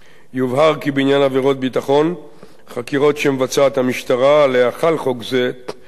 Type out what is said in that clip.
יובהר כי בעניין עבירות ביטחון חקירות שמבצעת המשטרה לאחר חוק זה הן,